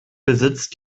besitzt